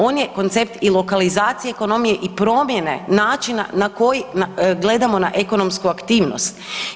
On je koncept i lokalizacije ekonomije i promjene načina na koji gledamo na ekonomsku aktivnost.